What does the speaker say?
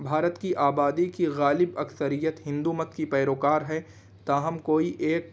بھارت کی آبادی کی غالب اکثریت ہندو مت کی پیروکار ہے تاہم کوئی ایک